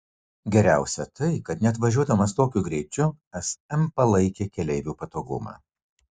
geriausia tai kad net važiuodamas tokiu greičiu sm palaikė keleivių patogumą